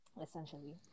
essentially